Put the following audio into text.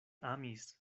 amis